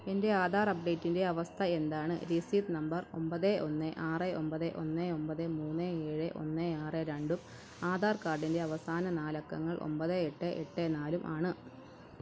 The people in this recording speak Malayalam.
എൻ്റെ ആധാർ അപ്ഡേറ്റിൻ്റെ അവസ്ഥ എന്താണ് രസീത് നമ്പർ ഒൻപത് ഒന്ന് ആറ് ഒൻപത് ഒന്ന് ഒൻപത് മൂന്ന് ഏഴ് ഒന്ന് ആറ് രണ്ട് ആധാർ കാഡിൻ്റെ അവസാന നാലക്കങ്ങൾ ഒൻപത് എട്ട് എട്ട് നാല് ആണ്